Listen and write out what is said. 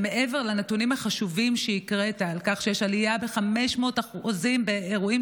שמעבר לנתונים החשובים שהקראת על כך שיש עלייה של 500% באירועים